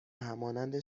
همانند